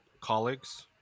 colleagues